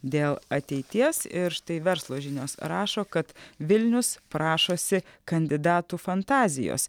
dėl ateities ir štai verslo žinios rašo kad vilnius prašosi kandidatų fantazijos